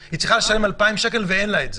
היא צריכה לשלם 2,000 שקל ואין לה אותם.